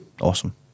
awesome